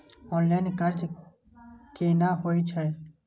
Online कर्ज केना होई छै?